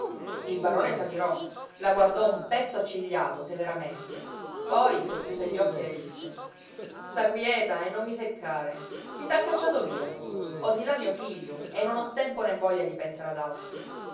il barone s'adirò la guardò un pezzo accigliato severamente poi socchiuse gli occhi e le disse sta quieta e non mi seccare chi t'ha cacciato via ho di là mio figlio e non ho tempo né voglia di pensare ad altro